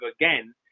again